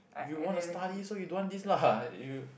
you want to study so you don't want this lah you